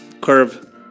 curve